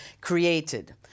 created